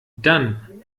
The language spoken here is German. dann